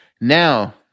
Now